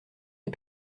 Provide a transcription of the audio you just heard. les